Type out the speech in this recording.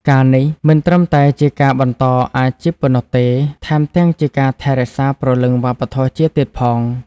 ការណ៍នេះមិនត្រឹមតែជាការបន្តអាជីពប៉ុណ្ណោះទេ ថែមទាំងជាការថែរក្សាព្រលឹងវប្បធម៌ជាតិទៀតផង។